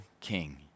king